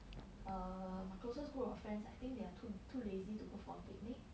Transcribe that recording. err my closest group of friends I think they are too too lazy to go for a picnic